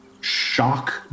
shock